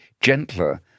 gentler